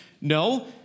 No